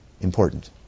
important